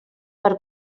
per